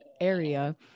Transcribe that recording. area